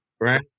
right